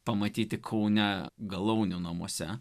pamatyti kaune galaunių namuose